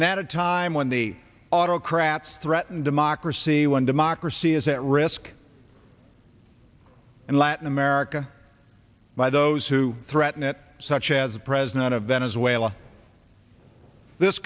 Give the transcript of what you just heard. and at a time when the autocrats threaten democracy when democracy is at risk in latin america by those who threaten it such as the president of venezuela this